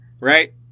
right